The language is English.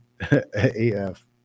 AF